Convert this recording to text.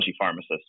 pharmacist